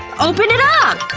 open it up!